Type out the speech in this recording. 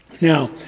Now